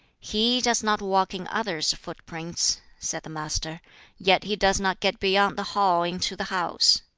he does not walk in others' footprints, said the master yet he does not get beyond the hall into the house.